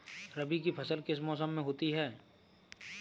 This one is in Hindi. रबी की फसल किस मौसम में होती है?